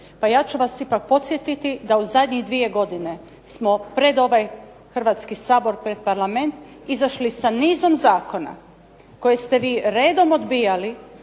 Pa ja ću vas ipak podsjetiti da u zadnjih dvije godine smo pred ovaj Hrvatski sabor, pred Parlament izašli sa nizom zakona koji ste vi redom odbijali,